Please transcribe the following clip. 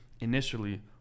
initially